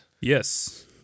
Yes